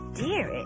dear